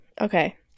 Okay